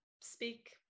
speak